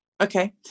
okay